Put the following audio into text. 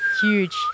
Huge